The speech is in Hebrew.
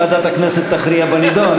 ועדת הכנסת תכריע בנדון",